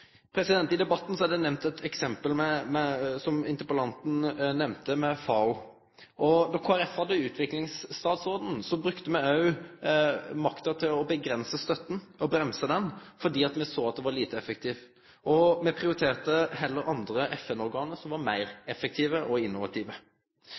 I debatten nemnde interpellanten eit eksempel med FAO. Då Kristeleg Folkeparti hadde utviklingsstatsråden, brukte me òg makta til å avgrense støtta og bremse ho, fordi me såg at ho var lite effektiv. Me prioriterte heller andre FN-organ som var meir